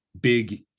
big